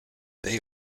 they